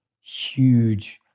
huge